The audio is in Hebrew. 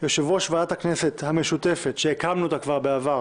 יושב-ראש ועדת הכנסת המשותפת שהקמנו אותה כבר בעבר